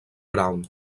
brown